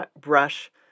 brush